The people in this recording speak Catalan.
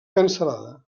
cancel·lada